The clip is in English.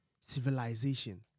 civilization